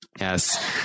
Yes